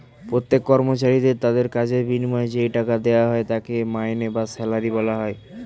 প্রত্যেক কর্মচারীকে তাদের কাজের বিনিময়ে যেই টাকা দেওয়া হয় তাকে মাইনে বা স্যালারি বলা হয়